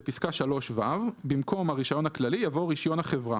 בפסקה 3(ו) במקום "הרישיון הכללי יבוא "רישיון החברה"."